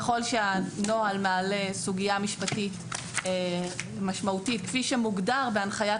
ככל שהנוהל מעלה סוגייה משפטית משמעותית כפי שמוגדר בהנחיית